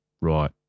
Right